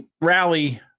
rally